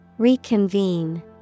Reconvene